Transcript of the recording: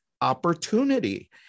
opportunity